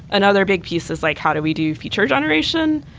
another big piece is like how do we do feature generation?